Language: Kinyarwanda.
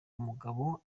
umugabo